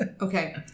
Okay